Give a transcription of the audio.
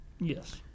Yes